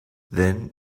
then